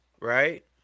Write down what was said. right